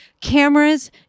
Cameras